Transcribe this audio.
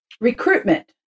recruitment